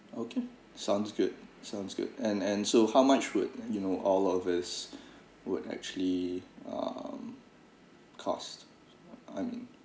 okay sounds good sounds good and and so how much would you know all of us would actually uh cost I mean